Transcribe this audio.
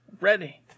Ready